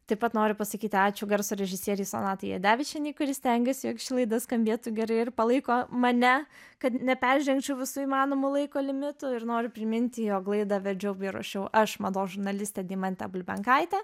taip pat noriu pasakyti ačiū garso režisierei sonatai jadevičienei kuri stengiasi jog ši laida skambėtų gerai ir palaiko mane kad neperžengčiau visų įmanomų laiko limitų ir noriu priminti jog laidą vedžiau bei ruošiau aš mados žurnalistė deimantė bulbenkaitė